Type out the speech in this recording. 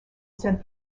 sent